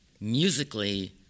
musically